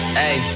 hey